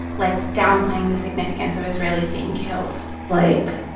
like downplaying the significance of israelis being killed like,